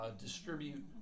distribute